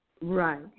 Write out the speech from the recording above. Right